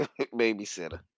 babysitter